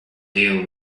deal